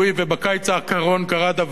ובקיץ האחרון קרה דבר,